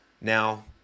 now